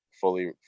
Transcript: fully